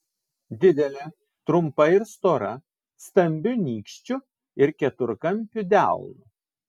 didelė trumpa ir stora stambiu nykščiu ir keturkampiu delnu